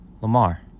Lamar